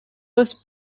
was